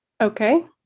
okay